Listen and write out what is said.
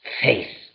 faith